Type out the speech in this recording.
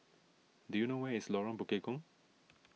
do you know where is Lorong Bekukong